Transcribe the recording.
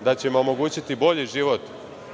da ćemo omogućiti bolji život